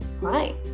right